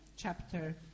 Chapter